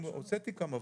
להעצים אותך,